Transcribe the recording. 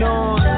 on